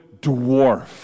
dwarf